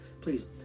please